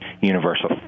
universal